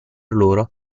loro